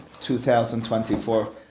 2024